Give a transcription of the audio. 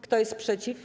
Kto jest przeciw?